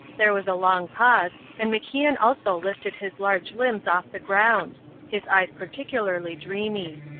there was a long pause, and macian also lifted his large limbs off the ground his eyes particularly dreamy.